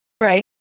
Right